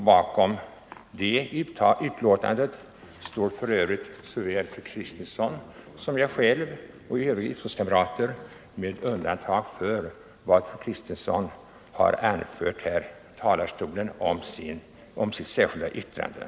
Bakom det betänkandet står både fru Kristensson och jag själv och övriga utskottskamrater — alltså med undantag för vad fru Kristensson här sade om sitt särskilda yttrande.